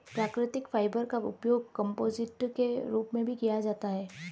प्राकृतिक फाइबर का उपयोग कंपोजिट के रूप में भी किया जाता है